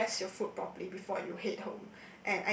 digest your food properly before you head home